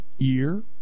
Year